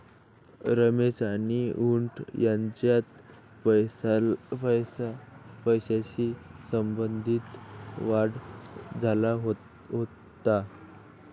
रमेश आणि हुंडी यांच्यात पैशाशी संबंधित वाद झाला होता